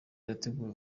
irategura